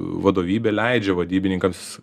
vadovybė leidžia vadybininkams